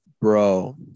Bro